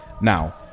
now